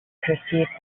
perceived